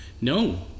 No